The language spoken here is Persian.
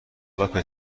علاقه